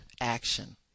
action